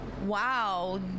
Wow